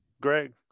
Greg